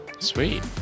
Sweet